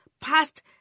passed